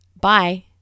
Bye